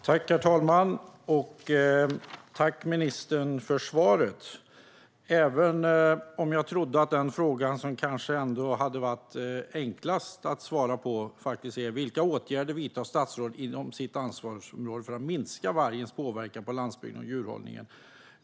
Herr talman! Tack, ministern, för svaret! Jag trodde att den fråga som är enklast att svara på är vilka åtgärder statsrådet vidtar inom sitt ansvarsområde för att minska vargens påverkan på landsbygden och djurhållningen.